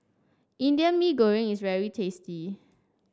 Indian Mee Goreng is very tasty